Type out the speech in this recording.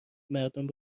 مردم